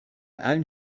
allen